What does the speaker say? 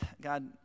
God